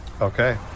okay